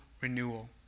renewal